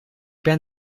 ben